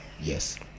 Yes